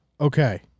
okay